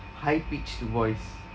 high pitched voice